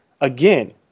Again